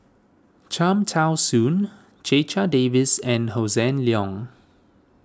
Cham Tao Soon Checha Davies and Hossan Leong